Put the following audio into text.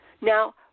Now